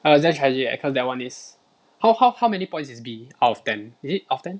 orh is damn tragic leh cause that [one] is how how how many points is B out of ten is it out of ten